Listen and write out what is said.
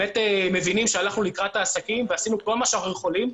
מבינים שהלכנו לקראת העסקים ועשינו כל מה שאנחנו יכולים,